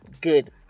good